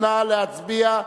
נא להצביע.